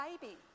baby